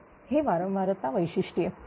तर हे वारंवारता वैशिष्ट्ये